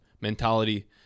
mentality